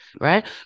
right